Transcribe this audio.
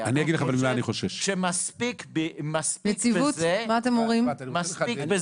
יהיה "היקף השירותים שנקבע לכל רמת תמיכה ייקבע